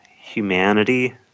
humanity